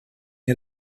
had